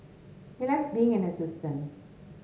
he likes being an assistant